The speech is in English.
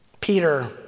Peter